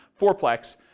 fourplex